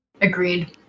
Agreed